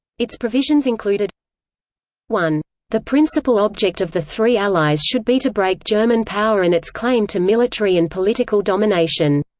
its provisions included one the principal object of the three allies should be to break german power and its claim to military and political domination